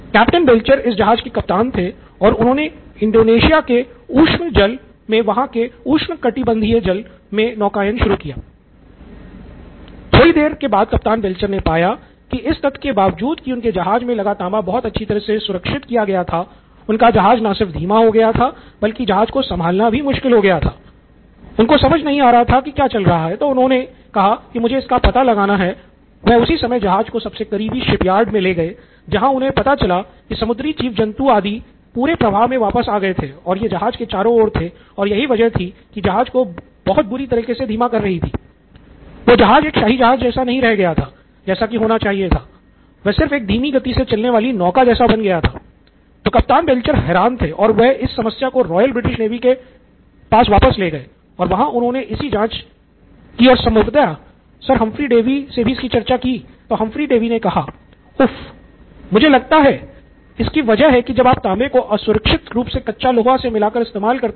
captain Belcher इस जहाज के कप्तान थे और उन्होंने इंडोनेशिया के उष्ण जल देता है जो कि जल रूप मे होते हैं